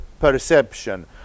perception